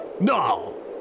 No